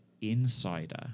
insider